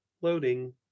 loading